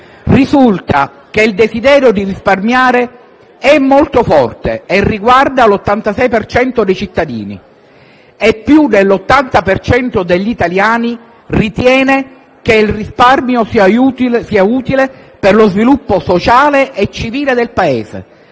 risulta che il desiderio di risparmiare è molto forte e riguarda l'86 per cento dei cittadini. Più dell'80 per cento degli italiani ritiene che il risparmio sia utile per lo sviluppo sociale e civile del Paese